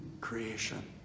creation